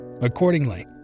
Accordingly